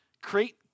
create